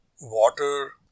water